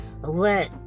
let